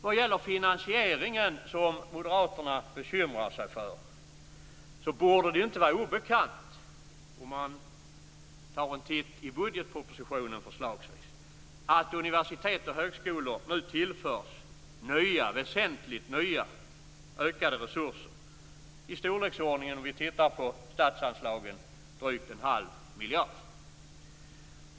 Vad gäller finansieringen, som Moderaterna bekymrar sig för, borde det inte vara obekant - om man förslagsvis tar sig en titt i budgetpropositionen - att universitet och högskolor nu tillförs nya ökade resurser med i storleksordningen drygt en halv miljard, om vi tittar på statsanslagen.